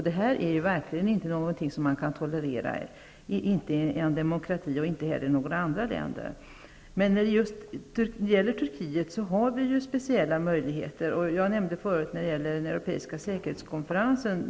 Det är verkligen inte någonting som kan tolereras, inte i en demokrati och inte heller i andra länder. I fråga om Turkiet har vi speciella möjligheter, och jag nämnde förut den europeiska säkerhetskonferensen.